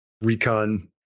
recon